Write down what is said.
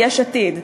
יש עתיד.